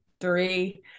three